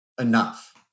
enough